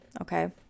okay